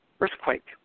earthquake